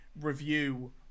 review